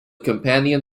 companion